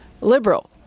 liberal